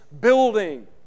building